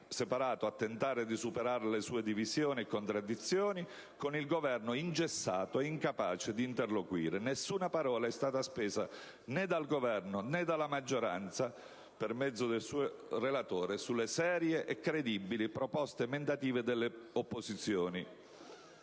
a tentare di superare le sue divisioni e contraddizioni e il Governo ingessato e incapace di interloquire. Nessuna parola è stata spesa né dal Governo, né dalla maggioranza, per mezzo del suo relatore, sulle serie e credibili proposte emendative delle opposizioni.